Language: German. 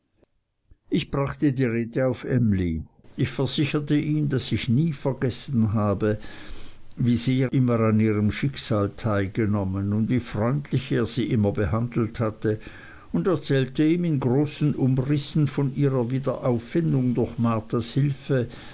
ich brachte die rede auf emly ich versicherte ihm daß ich nie vergessen habe wie sehr er immer an ihrem schicksal teilgenommen und wie freundlich er sie immer behandelt hatte und erzählte ihm in großen umrissen von ihrer wiederauffindung durch martas hilfe